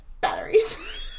batteries